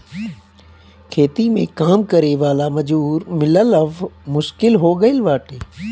खेती में काम करे वाला मजूर मिलल अब मुश्किल हो गईल बाटे